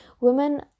women